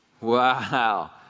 wow